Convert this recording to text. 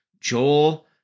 Joel